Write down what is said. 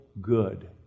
good